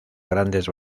grandes